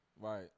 Right